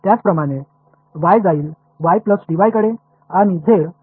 இதேபோல் y ஐ Y dy ஆகவும் மாற்றலாம்